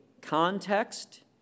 context